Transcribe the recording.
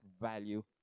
value